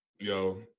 Yo